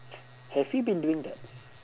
have we been doing that